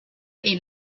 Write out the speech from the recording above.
est